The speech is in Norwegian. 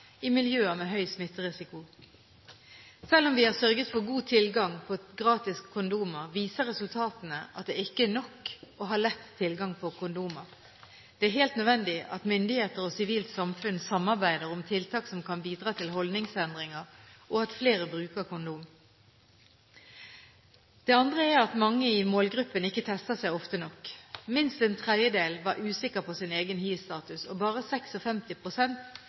i miljøer med høy smitterisiko. Selv om vi har sørget for god tilgang på gratis kondomer, viser resultatene at det ikke er nok å ha lett tilgang på kondomer. Det er helt nødvendig at myndigheter og sivilt samfunn samarbeider om tiltak som kan bidra til holdningsendringer, og at flere bruker kondom. Det andre er at mange i målgruppen ikke tester seg ofte nok. Minst en tredjedel var usikker på sin egen hivstatus, og bare